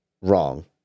wrong